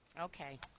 Okay